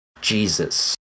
Jesus